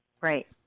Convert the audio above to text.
Right